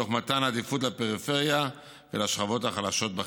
תוך מתן עדיפות לפריפריה ולשכבות החלשות בחברה.